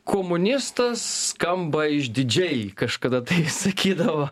komunistas skamba išdidžiai kažkada taip sakydavo